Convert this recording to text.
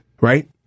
right